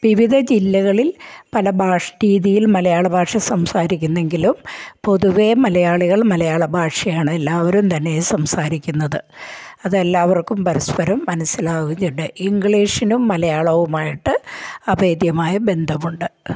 വിവിധ ജില്ലകളിൽ പല ഭാഷ്ടിതിയിൽ മലയാള ഭാഷ സംസാരിക്കുന്നുണ്ടെങ്കിലും പൊതുവേ മലയാളികൾ മലയാള ഭാഷയാണ് എല്ലാവരും തന്നെ സംസാരിക്കുന്നത് അതെല്ലാവർക്കും പരസ്പരം മനസിലാകുന്നുണ്ട് ഇംഗ്ലീഷിനും മലയാളവുമായിട്ട് അഭേദ്യമായ ബന്ധമുണ്ട്